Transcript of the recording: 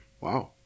Wow